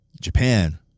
Japan